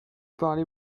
parlez